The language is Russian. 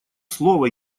слово